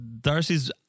Darcy's